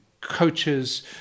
coaches